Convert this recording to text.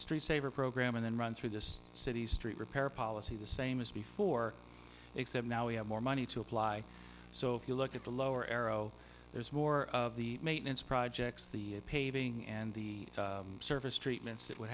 street saver program and then run through this city's street repair policy the same as before except now we have more money to apply so if you look at the lower arrow there's more of the maintenance projects the paving and the surface treatments that w